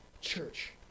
church